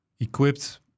equipped